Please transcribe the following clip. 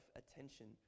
attention